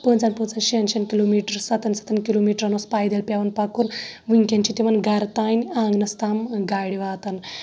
پانٛژن پانٛژن شیٚن شیٚن کلومِیٖٹرس سَتن سَتن کِلومیٖٹرن اوس پایدٔلۍ پیٚوان پَکُن ونٛۍکیٚن چھُ تِمن گرٕ تانۍ آنٛگنَس تام گاڑِ واتان